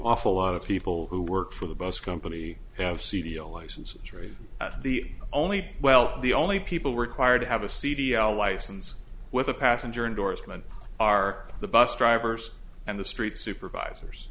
awful lot of people who work for the bus company have c d o licenses really the only well the only people required to have a c d r license with a passenger endorsement are the bus drivers and the street supervisors